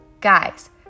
Guys